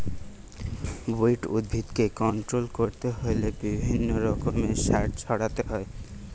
weed উদ্ভিদকে control করতে হইলে বিভিন্ন রকমের সার ছড়াতে হয়